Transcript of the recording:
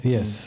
Yes